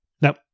Now